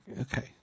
okay